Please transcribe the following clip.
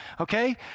okay